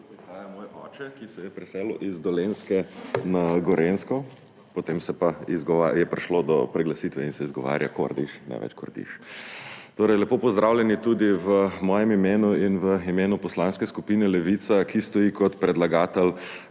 koder prihaja moj oče, ki se je preselil iz Dolenjske na Gorenjsko, potem pa je prišlo do preglasitve in se izgovarja Kórdiš, ne več Kordíš. Torej lepo pozdravljeni tudi v mojem imenu in v imenu Poslanske skupine Levica, ki stoji kot predlagatelj